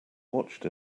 watched